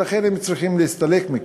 ולכן הם צריכים להסתלק מכאן.